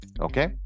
okay